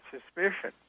suspicion